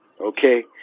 okay